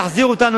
יחזיר אותנו